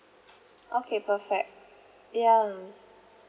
okay perfect ya